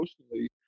Emotionally